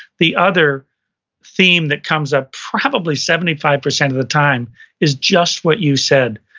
the other theme that comes up probably seventy five percent of the time is just what you said,